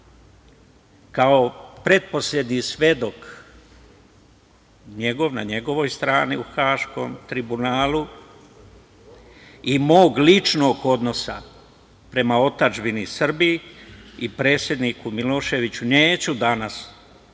kao pretposlednji svedok njegov, na njegovoj strani u Haškom tribunalu i mog ličnog odnosa prema otadžbini Srbiji i predsedniku Miloševiću, neću danas da